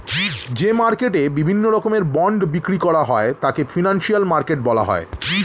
যে মার্কেটে বিভিন্ন রকমের বন্ড বিক্রি করা হয় তাকে ফিনান্সিয়াল মার্কেট বলা হয়